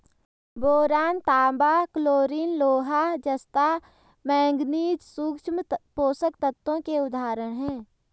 boron, तांबा, chlorine, लोहा, जस्ता, मैंगनीज सूक्ष्म पोषक तत्वों के उदाहरण हैं